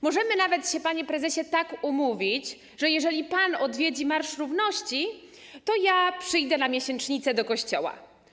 Możemy nawet, panie prezesie, tak się umówić, że jeżeli pan odwiedzi marsz równości, to ja przyjdę na miesięcznicę do kościoła.